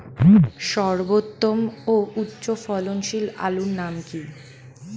সর্বোত্তম ও উচ্চ ফলনশীল আলুর নাম কি?